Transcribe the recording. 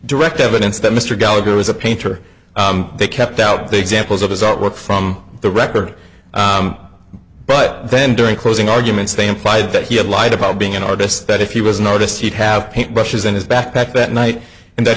direct evidence that mr gallagher was a painter they kept out the examples of his artwork from the record but then during closing arguments they implied that he had lied about being an artist that if he was an artist he'd have paint brushes in his backpack that night and that